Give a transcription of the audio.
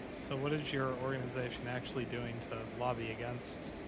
so, what is your organization actually doing to lobby against,